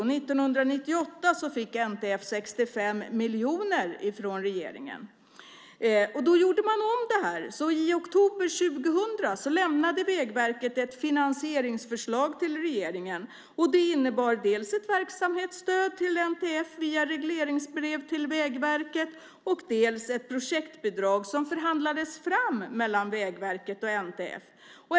År 1998 fick NTF 65 miljoner från regeringen. Då gjordes detta om. I oktober 2000 lämnade Vägverket ett finansieringsförslag till regeringen, och det innebar dels ett verksamhetsstöd till NTF via regleringsbrev till Vägverket, dels ett projektbidrag som förhandlades fram mellan Vägverket och NTF.